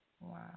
Wow